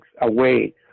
away